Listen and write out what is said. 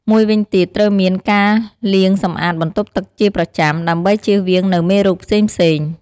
មួយវិញទៀតត្រូវតែមានការលាងសម្អាតបន្ទប់ទឹកជាប្រចាំថ្ងៃ ដើម្បីជៀសវាងនូវមេរោគផ្សេងៗ។